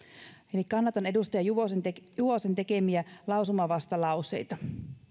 eli kannatan edustaja juvosen tekemiä lausumavastalauseita